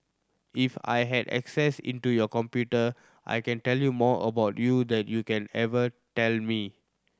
if I had access into your computer I can tell you more about you than you can ever tell me